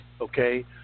Okay